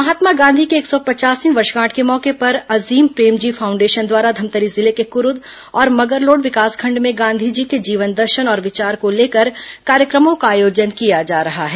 महात्मा गांधी की एक सौ पचासवीं वर्षगांठ के मौके पर अजीम प्रेमजी फाउंडेशन द्वारा धमतरी जिले के कुरूद और मगरलोड विकासखंड में गांधी जी के जीवन दर्शन और विचार को लेकर कार्यक्रमों का आयोजन किया जा रहा है